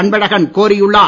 அன்பழகன் கோரியுள்ளார்